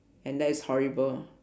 and that is horrible